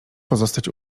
pozostać